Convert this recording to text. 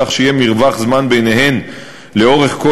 כך שיהיה מרווח זמן ביניהן לאורך כל